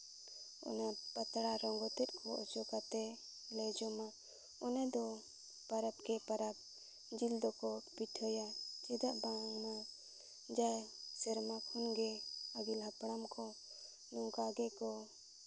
ᱚᱱᱟ ᱯᱟᱛᱲᱟ ᱨᱚᱸᱜᱚ ᱛᱮᱫ ᱠᱚ ᱚᱪᱚᱜ ᱠᱟᱛᱮ ᱞᱮ ᱡᱚᱢᱟ ᱚᱱᱟ ᱫᱚ ᱯᱚᱨᱚᱵᱽ ᱠᱮ ᱯᱚᱨᱚᱵᱽ ᱡᱤᱞ ᱫᱚᱠᱚ ᱯᱤᱴᱷᱟᱹᱭᱟ ᱪᱮᱫᱟᱜ ᱵᱟᱝᱢᱟ ᱥᱮᱨᱢᱟ ᱠᱷᱚᱱᱜᱮ ᱟᱹᱜᱤᱞ ᱦᱟᱯᱲᱟᱢ ᱠᱚ ᱱᱚᱝᱠᱟ ᱜᱮᱠᱚ